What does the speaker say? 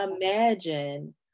imagine